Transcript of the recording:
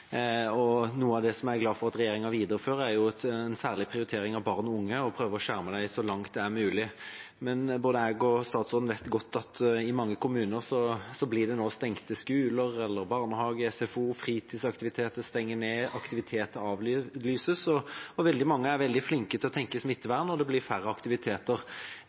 og noe av det jeg er glad for at regjeringa viderefører, er en særlig prioritering av barn og unge, og at en prøver å skjerme dem så langt det er mulig. Både jeg og statsråden vet godt at det i mange kommuner nå blir stengte skoler, barnehager, SFO-er, fritidsaktiviteter stenger ned, og aktiviteter avlyses. Veldig mange er veldig flinke til å tenke på smittevern, og det blir færre aktiviteter.